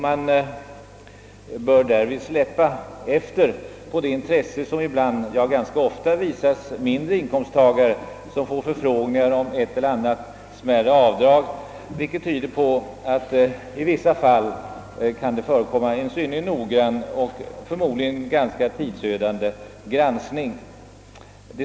Man bör därvid släppa efter på det intresse som ibland, ja ganska ofta, visas mindre inkomsttagare, som får förfrågningar om ett och annat smärre avdrag, vilket tyder på att det i vissa fall kan förekomma en synnerligen noggrann och förmodligen ganska tidsödande granskning av småsaker.